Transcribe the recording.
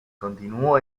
continuó